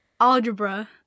Algebra